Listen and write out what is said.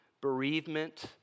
bereavement